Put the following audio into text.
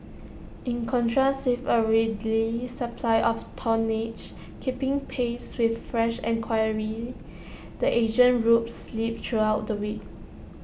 in contrast with A readily supply of tonnage keeping pace with fresh and enquiry the Asian routes slipped throughout the week